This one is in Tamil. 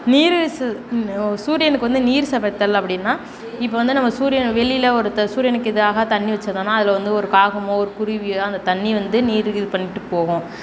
சூரியனுக்கு வந்து நீர் சபைத்தல் அப்படின்னா இப்போ வந்து நம்ம சூரியன் வெளியில் ஒருத்தர் சூரியனுக்கு எதிராக தண்ணி வைச்சாதான அதில் வந்து ஒரு காகமோ ஒரு குருவியோ அந்த தண்ணி வந்து நீர் இது பண்ணிவிட்டு போகும்